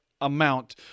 amount